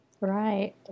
Right